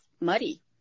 muddy